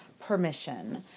permission